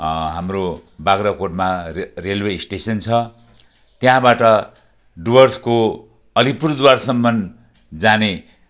हाम्रो बाग्राकोटमा रे रेलवे स्टेसन छ त्यहाँबाट डुवर्सको अलिपुरद्वारसम्म जाने